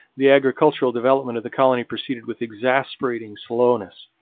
the agricultural development of the colony proceeded with exasperating slowness.